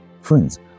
Friends